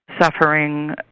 suffering